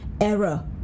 error